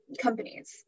companies